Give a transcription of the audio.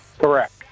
Correct